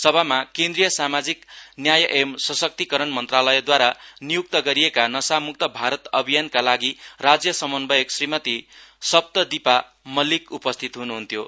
सभामा केन्द्रिय सामाजिक न्याय एवं सशक्तिकरण मन्त्रालयदवारा वियुक्त गरिएका नशामुक्त भारत अभियानका लागि राज्य समन्वयक श्रीमती सप्तदिपा मल्लिक उपस्थित हुनुहुन्थ्यो